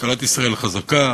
כלכלת ישראל חזקה,